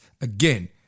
Again